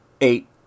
eight